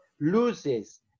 loses